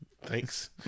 Thanks